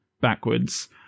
backwards